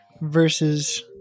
versus